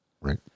Right